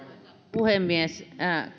puhemies